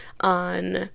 on